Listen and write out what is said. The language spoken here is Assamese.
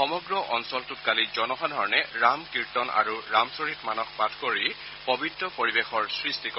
সমগ্ৰ অঞ্চলটোত কালি জনসাধাৰণে ৰাম কীৰ্তন আৰু ৰামচৰিত মানস পাঠ কৰি পৱিত্ৰ পৰিৱেশৰ সৃষ্টি কৰে